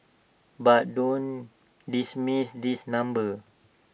but don't dismiss this number